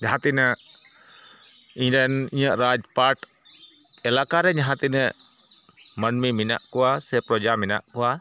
ᱡᱟᱦᱟᱸᱛᱤᱱᱟᱹᱜ ᱤᱧᱨᱮᱱ ᱤᱧᱟᱹᱜ ᱨᱟᱡᱽᱯᱟᱴᱷ ᱮᱞᱟᱠᱨᱮ ᱡᱟᱦᱟᱸ ᱛᱤᱱᱟᱹᱜ ᱢᱟᱹᱱᱢᱤ ᱢᱮᱱᱟᱜ ᱠᱚᱣᱟ ᱥᱮ ᱯᱨᱚᱡᱟ ᱢᱮᱱᱟᱜ ᱠᱚᱣᱟ